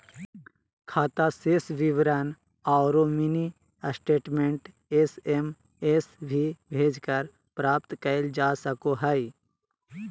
खाता शेष विवरण औरो मिनी स्टेटमेंट एस.एम.एस भी भेजकर प्राप्त कइल जा सको हइ